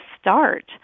start